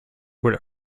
with